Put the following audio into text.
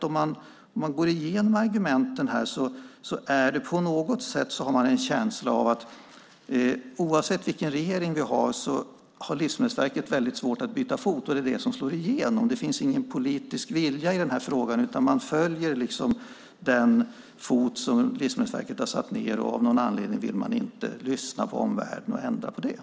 Om man går igenom argumenten här har man på något sätt en känsla av att oavsett vilken regering som vi har så har Livsmedelsverket väldigt svårt att byta fot, och det är det som slår igenom. Det finns ingen politisk vilja i denna fråga, utan man följer Livsmedelsverkets linje, och av någon anledning vill man inte lyssna på omvärlden och ändra på den.